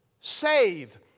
save